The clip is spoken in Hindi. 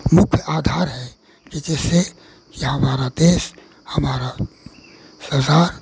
मुख्य आधार है कि जिससे कि हमारा देस हमारी सरकार